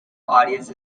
audience